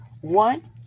One